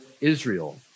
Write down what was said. Israel